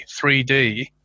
3D